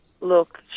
look